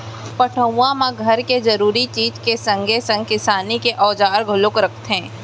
पटउहाँ म घर के जरूरी चीज के संगे संग किसानी के औजार घलौ ल रखथे